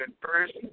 first